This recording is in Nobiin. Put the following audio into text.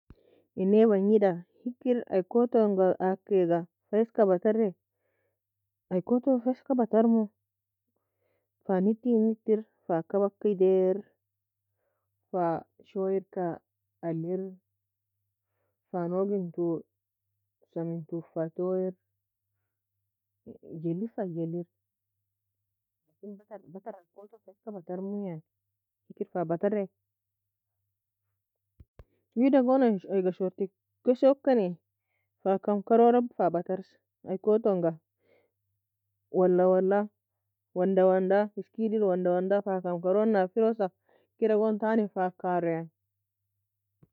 Enay bungeda? Hikr aye kotu lon agie kaga feska buterie? Aye kotu feska buter mou fa neti netr fa kabka eadur fa shoier ka alir fa nouge en tiu samil tou fa touir geli ga fa gelr lakin buter buter aye kotu feska buter mou yani hikir fa buterie? Wida gon ayga shorti kessi kani fa cam crou log fa butars aykoto anga wala wala wonda wonda eskid la wanda wonda fa cam crou nafirosa kira gon tani fa kar